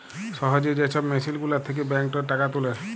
সহজে যে ছব মেসিল গুলার থ্যাকে ব্যাংকটর টাকা তুলে